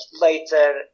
later